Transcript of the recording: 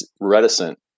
reticent